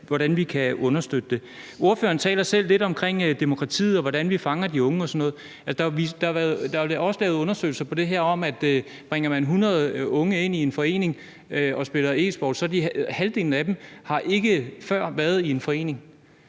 hvordan vi kan understøtte det. Ordføreren taler selv lidt om demokratiet, og hvordan vi fanger de unge og sådan noget. Altså, der er jo også lavet undersøgelser på det her område, der viser, at bringer man 100 unge ind i en forening for at spille e-sport, så har halvdelen af dem ikke før været i en forening.